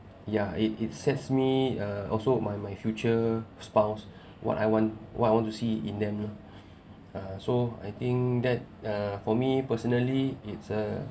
yeah it it sets me uh also my my future spouse what I want what I want to see in them lah uh so I think that uh for me personally it's uh